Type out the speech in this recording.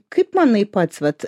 kaip manai pats vat